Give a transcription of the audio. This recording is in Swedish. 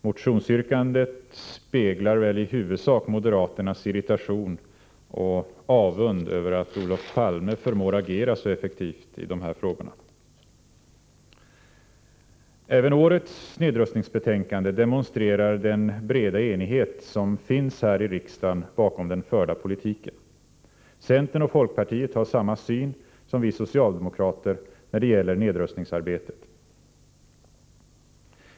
Motionsyrkandet speglar väl i huvudsak moderaternas irritation och avund över att Olof Palme förmår agera så effektivt i dessa frågor. Även årets nedrustningsbetänkande demonstrerar den breda enighet som finns här i riksdagen bakom den förda politiken. Centern och folkpartiet har samma syn som vi socialdemokrater när det gäller nedrustningsarbetet.